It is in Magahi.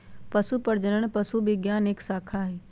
पशु प्रजनन पशु विज्ञान के एक शाखा हई